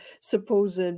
supposed